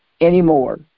anymore